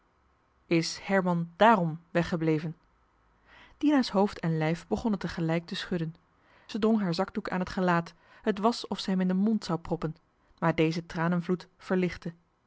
herman dààrom weggebleven dina's hoofd en lijf begonnen te gelijk te schudden ze drong haar zakdoek aan het gelaat het was of ze hem in den mond zou proppen maar deze tranenvloed verlichtte